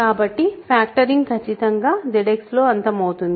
కాబట్టి ఫ్యాక్టరింగ్ ఖచ్చితంగా ZX లో అంతమవుతుంది